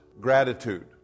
gratitude